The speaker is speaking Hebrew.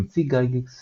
המציא גייגקס